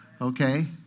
Okay